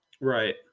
right